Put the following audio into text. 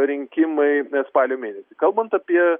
rinkimai spalio mėnesį kalbant apie